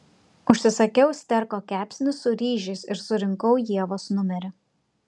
užsisakiau sterko kepsnį su ryžiais ir surinkau ievos numerį